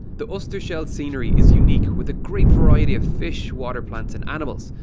the oosterschelde scenery is unique, with a great variety of fish, water plants and animals.